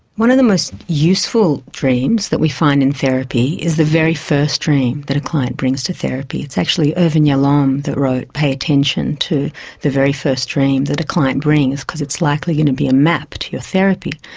one of the most useful dreams that we find in therapy is the very first dream that a client brings to therapy. it's actually irvin yalom that wrote pay attention to the very first dream that a client brings, because it's likely to be a map to your therapy.